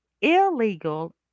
illegal